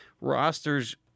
roster's